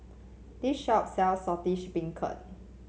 this shop sells Saltish Beancurd